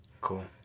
Cool